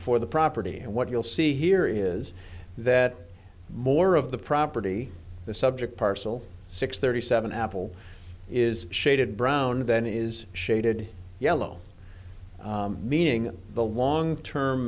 for the property and what you'll see here is that more of the property the subject parcel six thirty seven apple is shaded brown and then is shaded yellow meaning the long term